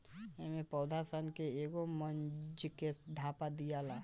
एमे पौधा सन के एगो मूंज से ढाप दियाला